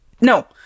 no